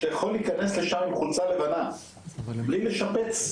שהוא יכול להיכנס לשם עם חולצה לבנה בלי לשפץ,